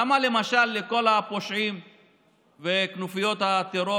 למה למשל לכל הפושעים וכנופיות הטרור